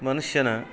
ಮನುಷ್ಯನ